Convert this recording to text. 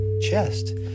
chest